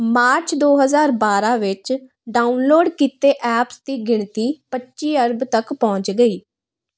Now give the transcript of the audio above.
March ਦੋ ਹਜ਼ਾਰ ਬਾਰ੍ਹਾਂ ਵਿੱਚ ਡਾਊਨਲੋਡ ਕੀਤੇ ਐਪਸ ਦੀ ਗਿਣਤੀ ਪੱਚੀ ਅਰਬ ਤੱਕ ਪਹੁੰਚ ਗਈ